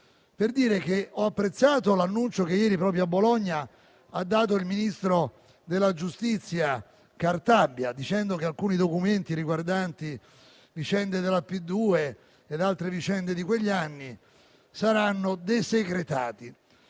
ho apprezzato l'annuncio che proprio ieri, a Bologna, ha dato il ministro della giustizia Cartabia, dicendo che alcuni documenti riguardanti vicende della P2 e altri accadimenti di quegli anni saranno desecretati.